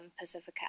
Pacifica